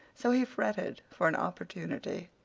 so he fretted for an opportunity.